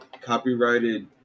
copyrighted